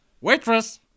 Waitress